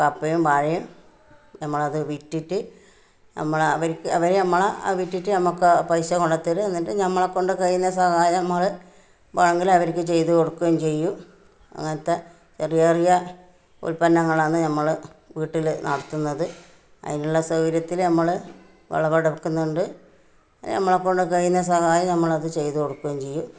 കപ്പയും വാഴയും നമ്മളത് വിറ്റിട്ട് നമ്മൾ അവർക്ക് അവർ നമ്മളെ വിറ്റിട്ട് നമുക്ക് പൈസ കൊണ്ട് തരും എന്നിട്ട് നമ്മളെ കൊണ്ട് കഴിയുന്ന സഹായം നമ്മൾ വേണമെങ്കിൽ അവർക്ക് ചെയ്തു കൊടുക്കുകയും ചെയ്യും അങ്ങനത്തെ ചെറിയ ചെറിയ ഉല്പന്നങ്ങളാണ് നമ്മൾ വീട്ടിൽ നടത്തുന്നത് അതിനുള്ള സൗകര്യത്തിൽ നമ്മൾ വിളവ് എടുക്കുന്നുണ്ട് നമ്മളെ കൊണ്ട് കഴിയുന്ന സഹായം നമ്മളത് ചെയ്തു കൊടുക്കുകയും ചെയ്യും